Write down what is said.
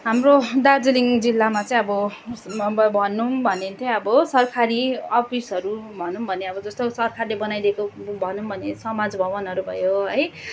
हाम्रो दार्जिलिङ जिल्लामा चाहिँ अब भनौँ भने चाहिँ अब सरकारी अफिसहरू भनौँ भने अब जस्तो सरकारले बनाइदिएको भनौँ भने समाज भवनहरू भयो है